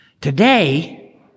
Today